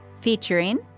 Featuring